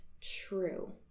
true